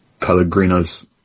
Pellegrino's